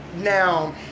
now